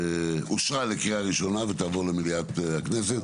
אושרה לקריאה ראשונה ותעבור למליאת הכנסת.